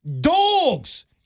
Dogs